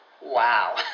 wow